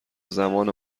زمان